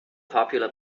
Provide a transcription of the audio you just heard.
popular